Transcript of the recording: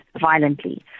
violently